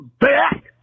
Back